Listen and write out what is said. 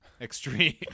Extreme